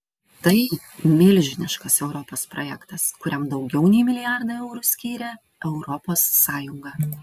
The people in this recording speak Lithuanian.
tai milžiniškas europos projektas kuriam daugiau nei milijardą eurų skyrė europos sąjunga